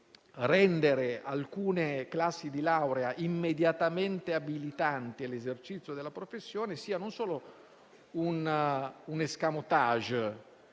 rendere alcune classi di laurea immediatamente abilitanti all'esercizio della professione sia non solo un *escamotage*